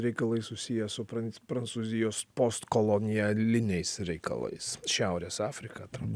reikalai susiję su pran prancūzijos post kolonijaliniais reikalais šiaurės afrika atrodo